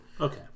Okay